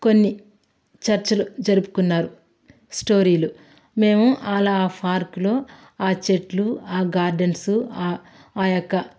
కొన్ని చర్చలు జరుపుకున్నారు స్టోరీలు మేము అలా పార్క్లో ఆ చెట్లు ఆ గార్డెన్సు ఆ యొక్క